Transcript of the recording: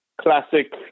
classic